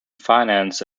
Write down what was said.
finance